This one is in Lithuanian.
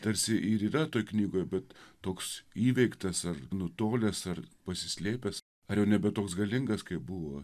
tarsi ir yra toje knygoje bet toks įveiktas ar nutolęs ar pasislėpęs ar jau nebe toks galingas kaip buvo